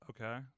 Okay